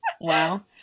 Wow